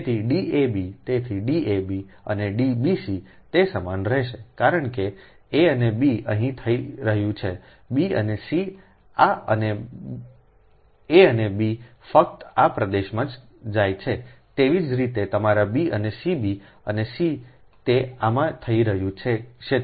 તેથી D ab તેથી D ab અને D bc તે સમાન રહેશે કારણ કે a અને b અહીં થઈ રહ્યું છે b અને c એ અને b ફક્ત આ પ્રદેશમાં જ થાય છે તેવી જ રીતે તમારા b અને cb અને c તે આમાં થઈ રહ્યું છે ક્ષેત્ર